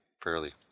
fairly